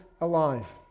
alive